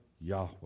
Yahweh